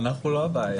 אנחנו לא הבעיה.